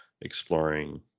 exploring